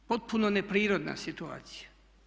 Potpuno neprirodna situacija.